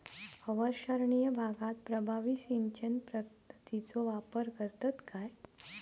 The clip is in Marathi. अवर्षणिय भागात प्रभावी सिंचन पद्धतीचो वापर करतत काय?